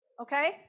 okay